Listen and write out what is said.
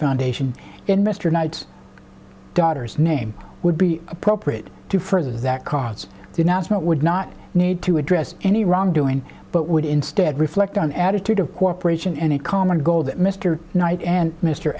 foundation in mr knight's daughter's name would be appropriate to further that cause the announcement would not need to address any wrongdoing but would instead reflect on attitude of cooperation and a common goal that mr knight and mr